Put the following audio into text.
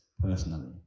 personally